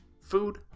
food